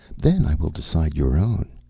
then i will decide your own.